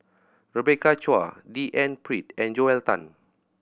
Rebecca Chua D N Pritt and Joel Tan